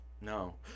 No